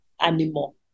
animal